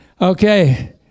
okay